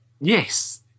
yes